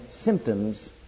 symptoms